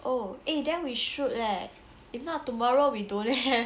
oh eh then we should leh if not tomorrow we don't have leh